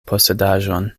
posedaĵon